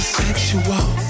sexual